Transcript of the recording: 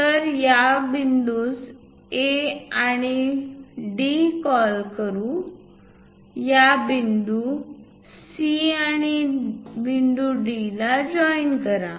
तर त्या बिंदूस A आणि D म्हणून कॉल करू या बिंदू C आणि बिंदू D ला जॉईन करा